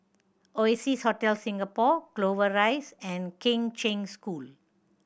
Oasia's Hotel Singapore Clover Rise and Kheng Cheng School